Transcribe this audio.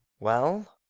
well?